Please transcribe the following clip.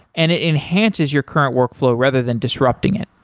and it enhances your current workflow rather than disrupting it.